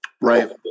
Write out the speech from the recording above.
Right